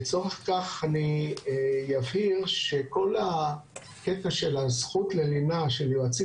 לצורך כך אני יבהיר שכל הקטע של הזכות ללינה של יועצים